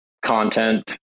content